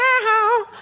now